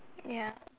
ya